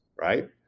right